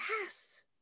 yes